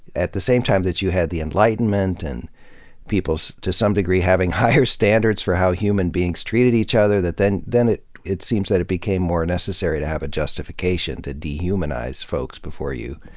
at the same time that you had the enlightenment and people to some degree having higher standards for how human beings treated each other, that then then it it seems that it became more necessary to have a justification to dehumanize folks before you